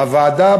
הוועדה,